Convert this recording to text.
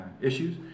issues